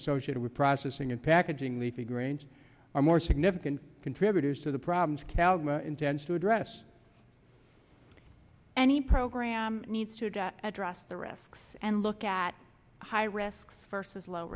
associated with processing and packaging leafy greens are more significant contributors to the problems calgary intends to address any program needs to address the risks and look at high risk first is low